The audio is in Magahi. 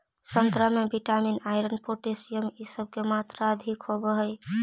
संतरा में विटामिन, आयरन, पोटेशियम इ सब के मात्रा अधिक होवऽ हई